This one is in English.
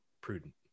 prudent